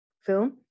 film